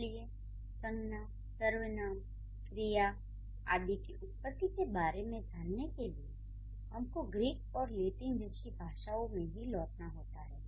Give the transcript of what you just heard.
इसलिए संज्ञा सर्वनाम क्रिया आदि की उत्पत्ति के बारे में जानने के लिए हमको ग्रीक और लैटिन जैसी भाषाओं में ही लौटना होता है